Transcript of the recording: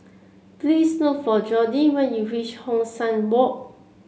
please look for Jordy when you reach Hong San Walk